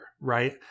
right